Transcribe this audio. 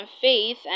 Faith